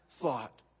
thought